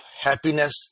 happiness